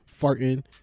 farting